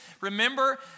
remember